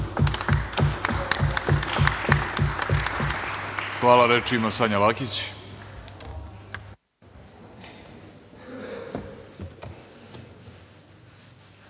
Hvala. Reč ima Sanja Lakić.